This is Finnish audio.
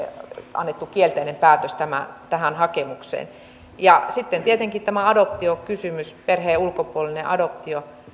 annettu kielteinen päätös tähän hakemukseen ja sitten tietenkin tämä adoptiokysymys perheen ulkopuolinen adoptio